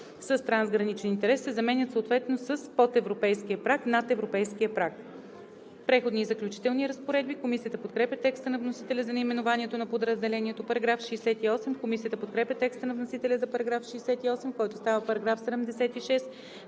„с трансграничен интерес“ се заменят съответно с „под европейския праг“, „над европейския праг“. „Преходни и заключителни разпоредби.“ Комисията подкрепя текста на вносителя за наименованието на подразделението. Комисията подкрепя текста на вносителя за § 68, който става § 76.